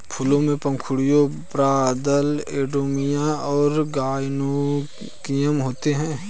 फूलों में पंखुड़ियाँ, बाह्यदल, एंड्रोमियम और गाइनोइकियम होते हैं